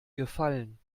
gefallen